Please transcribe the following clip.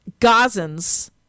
Gazans